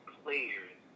players